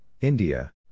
India